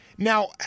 Now